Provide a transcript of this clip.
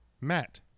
Matt